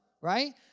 right